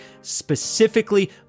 specifically